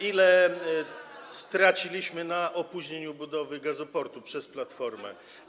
Ile straciliśmy na opóźnieniu budowy gazoportu przez Platformę?